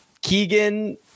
Keegan